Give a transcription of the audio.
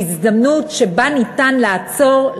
בהזדמנות שבה ניתן לעצור,